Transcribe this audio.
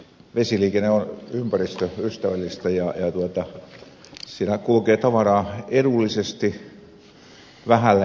vesiliikenne on ympäristöystävällistä ja siinä kulkee tavaraa edullisesti vähällä energialla